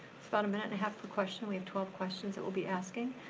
that's about a minute and a half per question. we have twelve questions that we'll be asking.